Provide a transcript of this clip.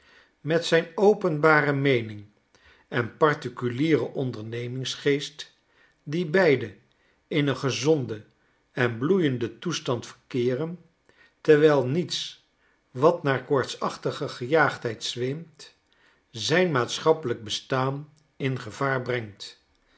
met zijn openbare meening en particulieren ondernemingsgeest die beide ineengezonden en bloeienden toestand verkeeren terwijl niets watnaarkoortsachtigegejaagdheidzweemt zijn maatschappelijk bestaan in gevaar brengt